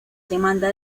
demanda